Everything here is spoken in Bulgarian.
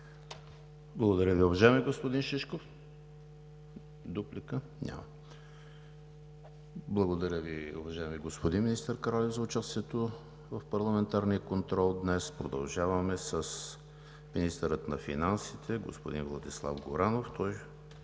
Благодаря Ви, уважаеми господин Шишков. Дуплика? Не. Благодаря Ви, уважаеми господин министър Кралев, за участието в парламентарния контрол днес. Продължаваме с министъра на финансите господин Владислав Горанов. Той